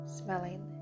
smelling